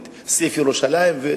יש לאדוני אמצעים כגון לעכב הצעות חוק